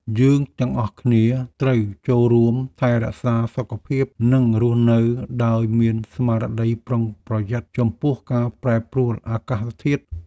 យើងទាំងអស់គ្នាត្រូវចូលរួមថែរក្សាសុខភាព និងរស់នៅដោយមានស្មារតីប្រុងប្រយ័ត្នចំពោះការប្រែប្រួលអាកាសធាតុ។